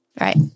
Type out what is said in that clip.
right